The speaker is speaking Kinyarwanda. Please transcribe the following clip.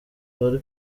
wari